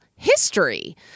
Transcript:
History